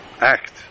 act